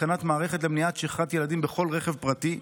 התקנת מערכת למניעת שכחת ילדים בכל רכב פרטי.